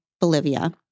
Bolivia